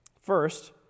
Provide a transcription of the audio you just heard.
First